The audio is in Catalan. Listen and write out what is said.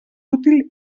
útil